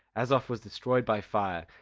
azof was destroyed by fire,